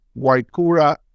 Waikura